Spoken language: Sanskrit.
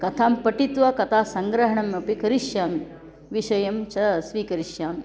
कथां पठित्वा कथासङ्ग्रहणम् अपि करिष्यामि विषयं च स्वीकरिष्यामि